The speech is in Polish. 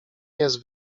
jest